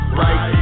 right